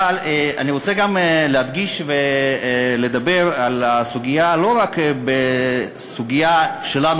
אבל אני רוצה גם להדגיש ולדבר לא רק על הסוגיה שלנו,